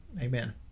Amen